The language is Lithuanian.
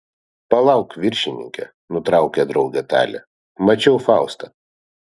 palauk viršininke nutraukė draugę talė mačiau faustą